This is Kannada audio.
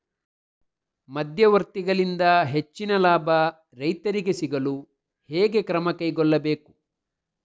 ಮಧ್ಯವರ್ತಿಗಳಿಂದ ಹೆಚ್ಚಿನ ಲಾಭ ರೈತರಿಗೆ ಸಿಗಲು ಹೇಗೆ ಕ್ರಮ ಕೈಗೊಳ್ಳಬೇಕು?